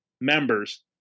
members